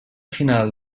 final